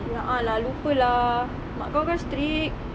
eh a'ah lah lupa lah mak kau kan strict